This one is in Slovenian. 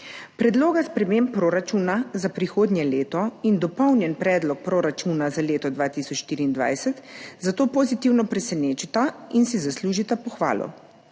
Predlog sprememb proračuna za prihodnje leto in dopolnjen predlog proračuna za leto 2024 zato pozitivno presenečata in si zaslužita pohvalo.